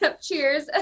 Cheers